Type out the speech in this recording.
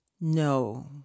no